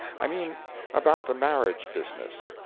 i mean about the marriage business.